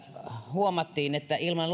huomattiin että ilman